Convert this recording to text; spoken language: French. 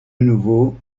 nouveau